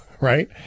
Right